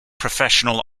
professional